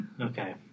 Okay